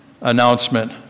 announcement